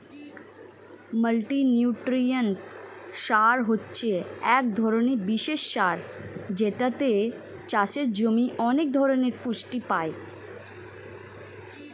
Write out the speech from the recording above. multinutrient সার হচ্ছে এক ধরণের বিশেষ সার যেটাতে চাষের জমি অনেক ধরণের পুষ্টি পায়